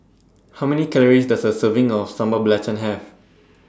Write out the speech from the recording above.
How Many Calories Does A Serving of Sambal Belacan Have